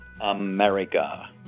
America